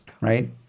right